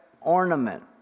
ornament